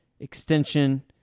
Extension